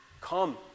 Come